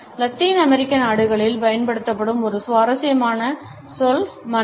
Latin அமெரிக்க நாடுகளில் பயன்படுத்தப்படும் ஒரு சுவாரஸ்யமான சொல் மனனா